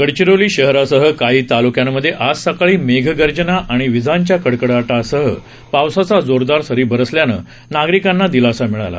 गडचिरोली शहरासह काही तालुक्यांमध्ये आज सकाळी मेघगर्जना आणि विजांच्या कडकडाटासह पावसाच्या जोरदार सरी बरसल्यानं नागरिकांना दिलासा मिळाला